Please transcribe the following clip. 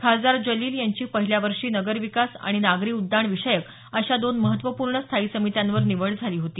खासदार जलील यांची पहिल्या वर्षी नगर विकास आणि नागरी उड्डाण विषयक अशा दोन महत्त्वपूर्ण स्थायी समित्यांवर निवड झाली होती